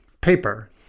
paper